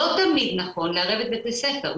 לא תמיד נכון לערב את בית הספר,